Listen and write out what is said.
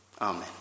Amen